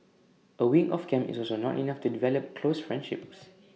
A week of camp is also not enough to develop close friendships